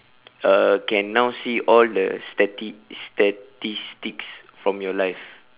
uh can now see all the stati~ statistics from your life